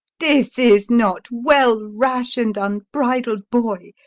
this is not well, rash and unbridled boy,